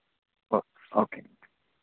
okay okay